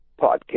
podcast